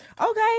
Okay